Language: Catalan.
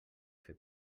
fer